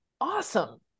awesome